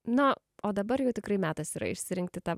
na o dabar jau tikrai metas yra išsirinkti tą